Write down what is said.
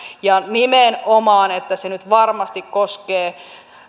ja nimenomaan että se nyt varmasti koskee